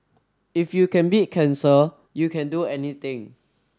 if you can beat cancer you can do anything